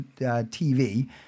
TV